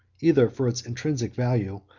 either for its intrinsic value,